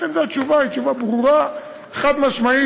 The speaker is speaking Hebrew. לכן זו התשובה, והיא תשובה ברורה, חד-משמעית.